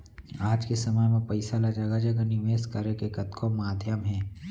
आज के समे म पइसा ल जघा जघा निवेस करे के कतको माध्यम हे